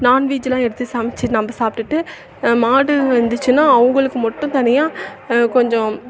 நான்வெஜ்லாம் எடுத்து சமைத்து நம்ம சாப்பிட்டுட்டு மாடு இருந்துச்சுன்னால் அவங்களுக்கும் மட்டும் தனியாக கொஞ்சம்